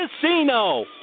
Casino